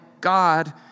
God